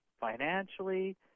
financially